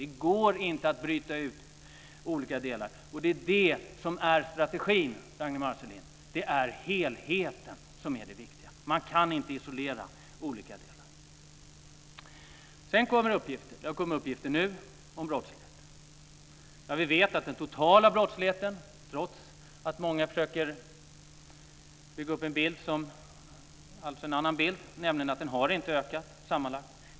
Det går inte att bryta ut olika delar. Det är det som är strategin, Ragnwi Marcelind. Det är helheten som är det viktiga. Man kan inte isolera olika delar. Det har kommit uppgifter om brottsligheten. Vi vet att den totala brottsligheten, trots att många försöker ge en annan bild, inte har ökat sammanlagt.